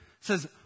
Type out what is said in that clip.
says